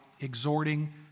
exhorting